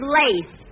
lace